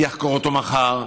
מי יחקור אותו מחר,